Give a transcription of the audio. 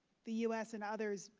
the u s. and others,